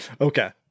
Okay